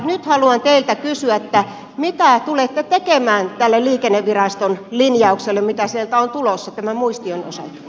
nyt haluan teiltä kysyä mitä tulette tekemään tälle liikenneviraston linjaukselle mikä sieltä on tulossa tämän muistion osalta